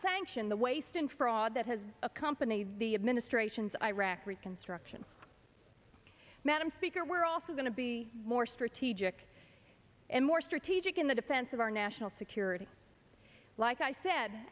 sanction the waste and fraud that has accompanied the administration's iraq reconstruction madam speaker we're also going to be more strategic and more strategic in the defense of our national security like i said